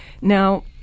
Now